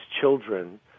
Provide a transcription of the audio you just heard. children